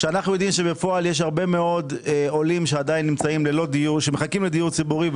כשאנחנו יודעים שבפועל יש הרבה מאוד עולים שעדיין מחכים לדיור ציבורי.